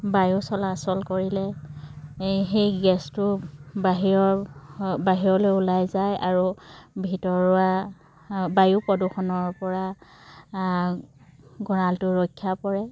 বায়ু চলাচল কৰিলে এই সেই গেছটো বাহিৰৰ বাহিৰলৈ ওলাই যায় আৰু ভিতৰুৱা বায়ু প্ৰদূষণৰ পৰা গঁৰালটো ৰক্ষা পৰে